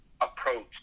approach